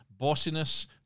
Bossiness